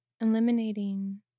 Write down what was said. eliminating